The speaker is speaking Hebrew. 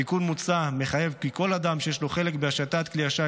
התיקון המוצע מחייב כי כל אדם שיש לו חלק בהשטת כלי השיט,